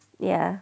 ya